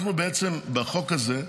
אנחנו בעצם, בחוק הזה,